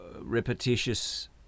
repetitious